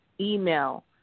email